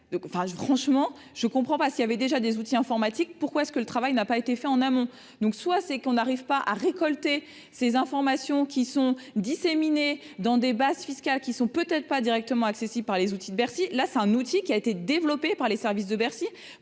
franchement je comprends pas, s'il y avait déjà des outils informatiques, pourquoi est-ce que le travail n'a pas été fait en amont, donc soit c'est qu'on n'arrive pas à récolter ces informations qui sont disséminés dans des bases fiscales qui sont peut être pas directement accessibles par les outils de Bercy, là c'est un outil qui a été développé par les services de Bercy